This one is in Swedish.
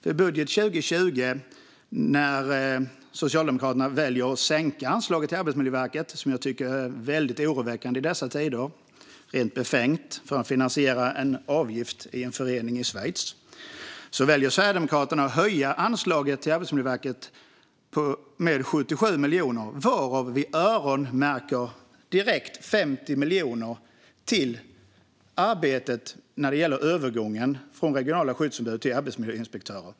I budgeten för 2020 väljer Socialdemokraterna att sänka anslaget till Arbetsmiljöverket. Det tycker jag är väldigt oroväckande i dessa tider, rent befängt, och det görs för att finansiera en avgift till en förening i Schweiz. Samtidigt väljer Sverigedemokraterna att höja anslaget till Arbetsmiljöverket med 77 miljoner, varav vi direkt öronmärker 50 miljoner för arbetet i samband med övergången från regionala skyddsombud till arbetsmiljöinspektörer.